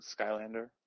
Skylander